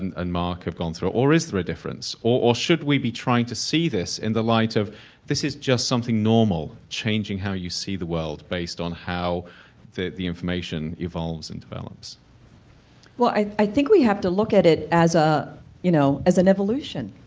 and and mark have gone through? or is there a difference? or or should be be trying to see this in the light of this is just something normal, changing how you see the world based on how the the information involves and develops? ra well. i think we have to look at it as ah you know as an evolution,